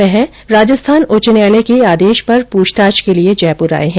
वह राजस्थान उच्च न्यायालय के आदेश पर पूछताछ के लिये जयपुर आए हैं